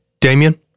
Damien